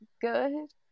good